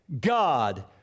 God